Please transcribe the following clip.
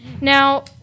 Now